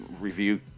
review